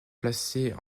placée